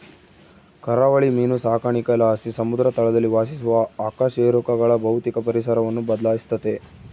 ಕರಾವಳಿ ಮೀನು ಸಾಕಾಣಿಕೆಲಾಸಿ ಸಮುದ್ರ ತಳದಲ್ಲಿ ವಾಸಿಸುವ ಅಕಶೇರುಕಗಳ ಭೌತಿಕ ಪರಿಸರವನ್ನು ಬದ್ಲಾಯಿಸ್ತತೆ